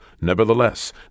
Nevertheless